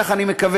כך אני מקווה,